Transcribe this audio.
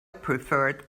preferred